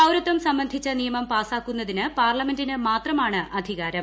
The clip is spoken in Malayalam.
പൌരത്വം സംബന്ധിച്ച നിയമം പാസ്സാക്കുന്നതിന് പാർലമെന്റിന് മാത്രമാണ് അധികാരം